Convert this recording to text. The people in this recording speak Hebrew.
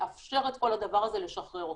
ולאפשר את כל הדבר הזה ולשחרר אותו.